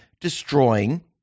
destroying